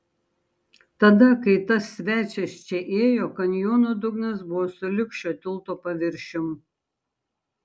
tada kai tas svečias čia ėjo kanjono dugnas buvo sulig šio tilto paviršium